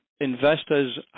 investors